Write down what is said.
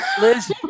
Liz